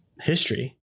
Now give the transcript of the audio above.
history